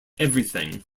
everything